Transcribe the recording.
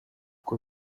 uko